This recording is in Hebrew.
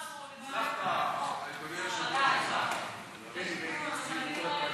חוק הבטחת הכנסה (תיקון מס' 50),